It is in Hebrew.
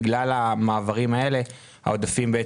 בגלל המעברים האלה, העודפים.